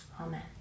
Amen